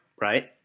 Right